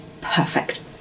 perfect